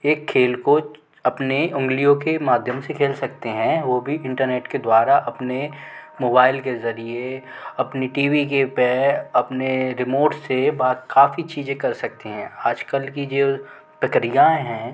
एक खेल को अपने उँगलियों के माध्यम से खेल सकते हैं वो भी इंटरनेट के द्वारा अपने मोबाइल के ज़रिए अपनी टी वी के पहे अपने रिमोट से बा काफ़ी चीज़ें कर सकते हैं आज कल की जो प्रक्रियाएं हैं